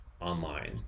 online